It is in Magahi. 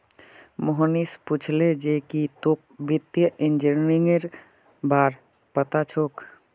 मोहनीश पूछले जे की तोक वित्तीय इंजीनियरिंगेर बार पता छोक